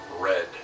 red